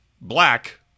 black